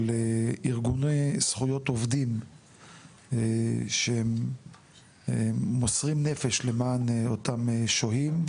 ארגוני זכויות עובדים שהם מוסרים נפש למען אותם שוהים,